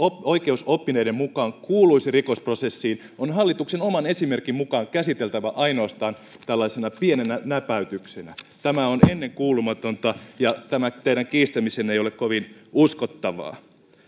oikeusoppineiden mukaan kuuluisi rikosprosessiin on hallituksen oman esimerkin mukaan käsiteltävä ainoastaan tällaisena pienenä näpäytyksenä tämä on ennenkuulumatonta ja tämä teidän kiistämisenne ei ole kovin uskottavaa